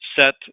set